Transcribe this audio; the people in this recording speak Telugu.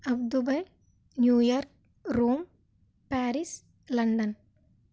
అబ్ Dubai New York Rome Paris London